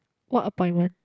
what appointment